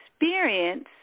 experience